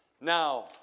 now